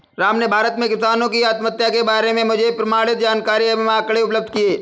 राम ने भारत में किसानों की आत्महत्या के बारे में मुझे प्रमाणित जानकारी एवं आंकड़े उपलब्ध किये